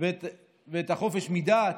ואת החופש מדת,